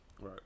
Right